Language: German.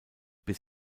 bis